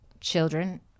children